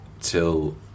till